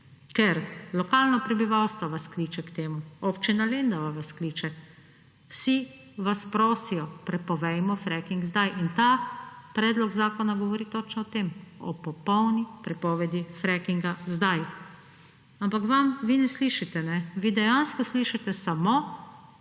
ker lokalno prebivalstvo vas kliče k temu, Občina Lendava vas kliče, vsi vas prosijo, prepovejmo fracking zdaj in ta predlog zakona govori točno o tem, o popolni prepovedi frackinga zdaj. Ampak vi ne slišite, kajne. Vi dejansko slišite samo